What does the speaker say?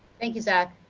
thank you, zach.